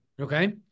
Okay